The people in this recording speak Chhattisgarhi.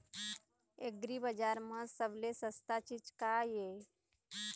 एग्रीबजार म सबले सस्ता चीज का ये?